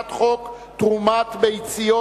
הצעת חוק תרומת ביציות,